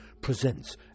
presents